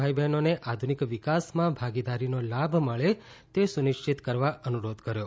ભાઇ બહેનોને આધુનિક વિકાસમાં ભાગીદારીનો લાભ મળે તે સુનિશ્વિત કરવા અનુરોધ કર્યો